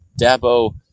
Dabo